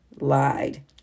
lied